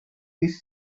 this